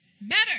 better